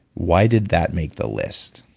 why did that make the list?